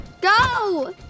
Go